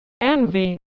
Envy